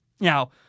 Now